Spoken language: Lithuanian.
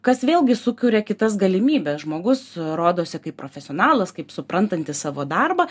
kas vėlgi sukuria kitas galimybes žmogus rodosi kaip profesionalas kaip suprantantis savo darbą